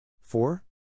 Four